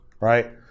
right